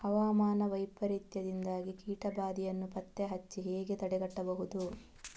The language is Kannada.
ಹವಾಮಾನ ವೈಪರೀತ್ಯದಿಂದಾಗಿ ಕೀಟ ಬಾಧೆಯನ್ನು ಪತ್ತೆ ಹಚ್ಚಿ ಹೇಗೆ ತಡೆಗಟ್ಟಬಹುದು?